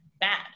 bad